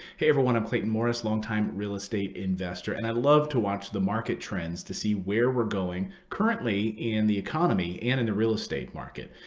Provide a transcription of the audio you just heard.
hey, everyone. i'm clayton morris, longtime real estate investor. and i love to watch the market trends to see where we're going currently in the economy and in the real estate market.